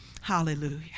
hallelujah